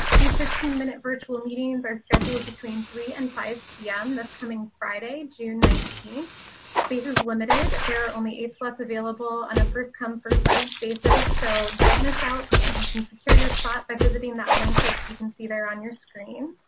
these fifteen minute virtual meetings are scheduled between three and five p m. this coming friday, june nineteen. space is limited. there are only eight slots available on a first-come, first-served basis, so don't miss out. you can secure your spot by visiting that link that you can see there on your screen.